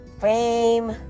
fame